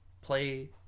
play